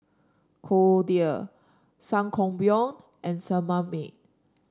Kordel Sangobion and Sebamed